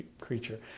creature